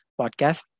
podcast